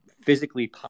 physically